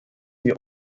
wir